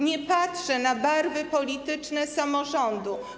Nie patrzę na barwy polityczne samorządu.